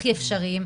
הכי אפשריים.